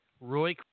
Roy